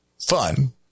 fun